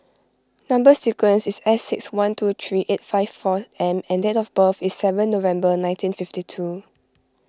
Number Sequence is S six one two three eight five four M and date of birth is seven November nineteen fifty two